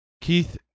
Keith